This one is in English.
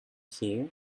here